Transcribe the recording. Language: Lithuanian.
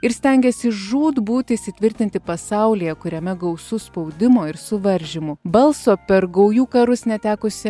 ir stengiasi žūtbūt įsitvirtinti pasaulyje kuriame gausu spaudimo ir suvaržymų balso per gaujų karus netekusi